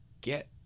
get